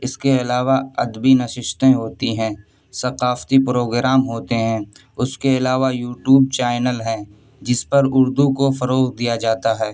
اس کے علاوہ ادبی نشستیں ہوتی ہیں ثقافتی پروگرام ہوتے ہیں اس کے علاوہ یو ٹوب چینل ہیں جس پر اردو کو فروغ دیا جاتا ہے